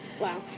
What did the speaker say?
wow